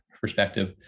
perspective